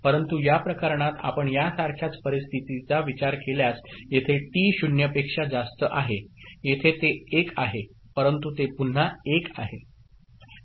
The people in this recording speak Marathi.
परंतु या प्रकरणात आपण यासारख्याच परिस्थितीचा विचार केल्यास येथे टी 0 पेक्षा जास्त आहे येथे ते 1 आहे परंतु ते पुन्हा 1 आहे